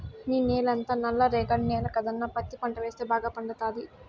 నీ నేలంతా నల్ల రేగడి నేల కదన్నా పత్తి పంట వేస్తే బాగా పండతాది